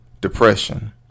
depression